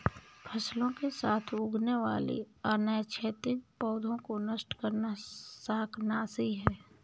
फसलों के साथ उगने वाले अनैच्छिक पौधों को नष्ट करना शाकनाशी है